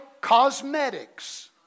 cosmetics